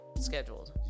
scheduled